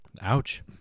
Ouch